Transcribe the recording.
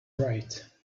right